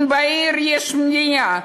אם בעיר יש בנייה,